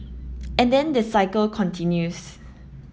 and then the cycle continues